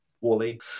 Wally